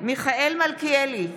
מיכאל מלכיאלי,